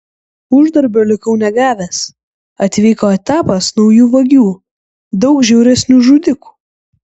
uždarbio likau negavęs atvyko etapas naujų vagių daug žiauresnių žudikų